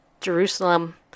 Jerusalem